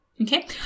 Okay